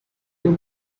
look